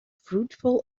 fruitful